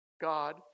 God